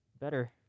better